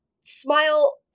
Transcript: smile